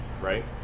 right